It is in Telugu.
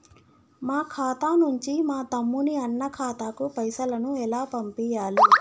మా ఖాతా నుంచి మా తమ్ముని, అన్న ఖాతాకు పైసలను ఎలా పంపియ్యాలి?